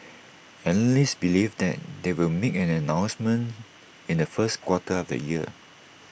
analysts believe that they will make an announcement in the first quarter of the year